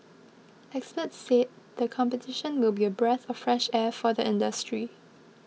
experts said the competition will be a breath of fresh air for the industry